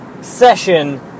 session